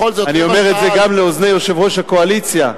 אני אומר את זה גם לאוזני יושב-ראש הקואליציה.